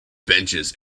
benches